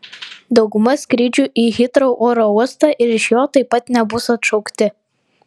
dauguma skrydžių į hitrou oro uostą ir iš jo taip pat nebus atšaukti